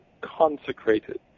consecrated